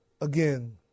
again